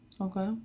Okay